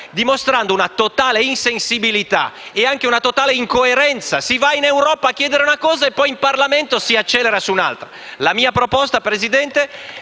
dimostrando una totale insensibilità ed anche una certa incoerenza: si va in Europa a chiedere una cosa e poi in Parlamento si accelera per ottenerne un'altra. La mia proposta, signor